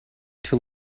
too